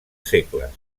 segles